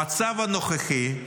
המצב הנוכחי,